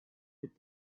with